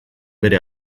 bere